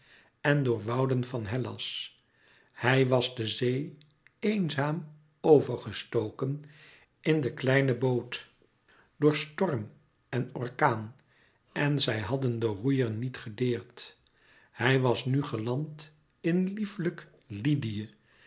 en door wouden van hellas hij was de zee eenzaam over gestoken in den kleinen boot door storm en orkaan en zij hadden den roeier niet gedeerd hij was nu geland in lieflijk lydië